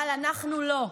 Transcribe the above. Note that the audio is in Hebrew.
אבל אנחנו לא,